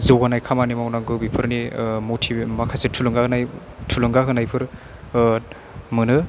जौगानाय खामानि मावनांगौ बेफोरनि मथिबेट माखासे थुलुंगानाय थुलुंगा होनायफोर मोनो